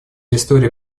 история